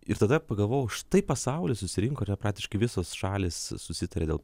ir tada pagalvojau štai pasaulis susirinko yra praktiškai visos šalys susitarė dėl